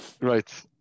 right